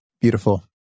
Beautiful